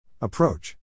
Approach